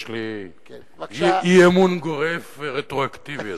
יש לי אי-אמון גורף ורטרואקטיבי,